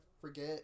forget